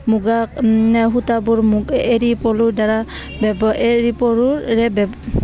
মুগা সূতাবোৰ মুগা এৰী পলুৰদ্বাৰা এৰী পলুৰে